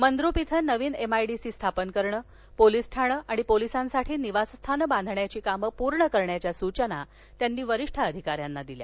मंद्रप इथं नवीन एमआयडीसी स्थापन करणं पोलीस ठाणं आणि पोलिसांसाठी निवासस्थानं बांधण्याची कामं पूर्ण करण्याच्या सूचना त्यांनी वरिष्ठ अधिकाऱ्यांना दिल्या